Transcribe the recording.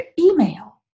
email